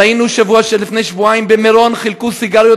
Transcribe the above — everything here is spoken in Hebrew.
ראינו שלפני שבועיים במירון חילקו סיגריות,